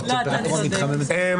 הנה תחקיר קייס,